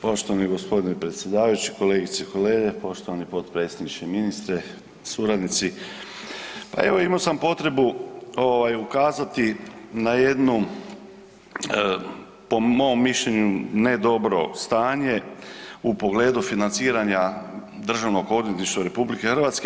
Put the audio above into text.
Poštovani gospodine predsjedavajući, kolegice i kolege, poštovani potpredsjedniče, ministre, suradnici, pa evo imao sam potrebu ukazati na jednu po mom mišljenju ne dobro stanje u pogledu financiranja Državnog odvjetništva RH.